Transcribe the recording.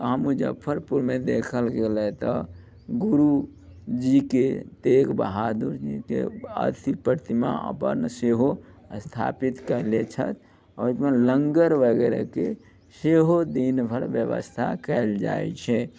आओर मुजफ्फरपुरमे देखल गेलै तऽ गुरूजीके तेग बहादुर जीके अथी प्रतिमा बनि सेहो स्थापित कैले छथि ओइठमा लङ्गर वगेरहके सेहो दिनभरि व्यवस्था कयल जाइ छै